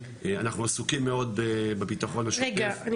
אנחנו עסוקים מאוד בבטחון השוטף --- רגע,